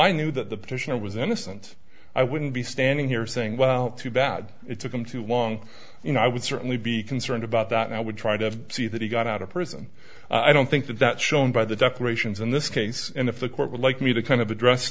i knew that the petitioner was innocent i wouldn't be standing here saying well too bad it took him to why you know i would certainly be concerned about that i would try to see that he got out of prison i don't think that that's shown by the decorations in this case and if the court would like me to kind of address